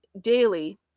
daily